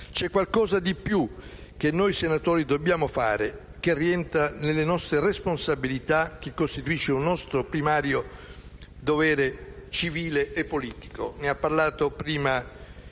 c'è qualcosa di più che noi senatori dobbiamo fare, che rientra nelle nostre responsabilità e costituisce un nostro primario dovere civile e politico. Ne ha parlato prima